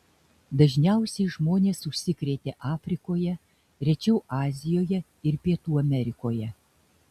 dažniausiai žmonės užsikrėtė afrikoje rečiau azijoje ir pietų amerikoje